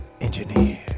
Engineer